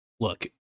look